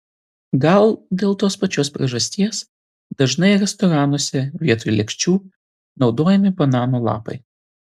gal dėl tos pačios priežasties dažnai restoranuose vietoj lėkščių naudojami banano lapai